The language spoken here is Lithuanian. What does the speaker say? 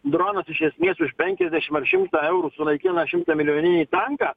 dronas iš esmės už penkiasdešimt ar šimtą eurų sunaikina šimtamilijoninį tanką